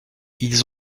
ils